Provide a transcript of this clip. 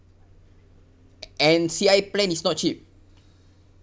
N_C_I plan is not cheap